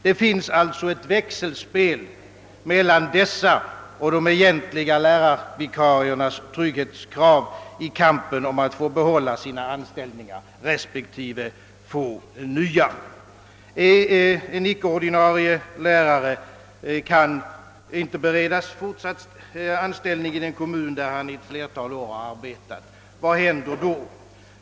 Det finns alltså ett växelspel mellan dessas och de egentliga lärarvikariernas trygghetskrav i kampen om att få behålla sina anställningar, respektive att få nya. Vad händer om en icke-ordinarie lärare inte kan beredas fortsatt anställning i en kommun där han har arbetat flera år?